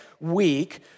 week